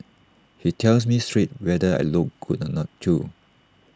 he tells me straight whether I look good or not too